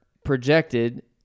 projected